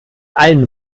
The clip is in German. allen